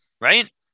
right